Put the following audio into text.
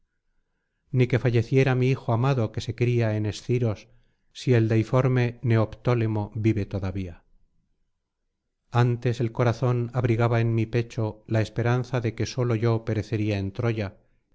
ni que falleciera mi hijo amado que se cría en esciros si el deiforme neoptólemo vive todavía antes el corazón abrigaba en mi pecho la esperanza de que solo yo perecería en troya